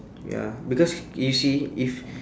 ya because you see if